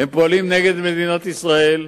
הם פועלים נגד מדינת ישראל,